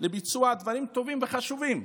לביצוע דברים טובים וחשובים,